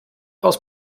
aus